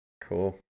Cool